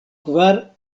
kvar